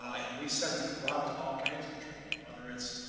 and we send people out to all kinds of training, whether it's,